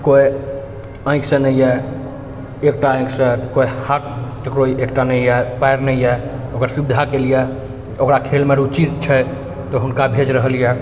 कोइ आँखिसँ नहि अइ एकटा आँखिसँ तऽ कोइ हाथ ककरो एकटा नहि अइ पैर नहि अइ ओकर सुविधाके लिए ओकरा खेलमे रुचि छै तऽ हुनका भेज रहल अइ